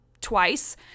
twice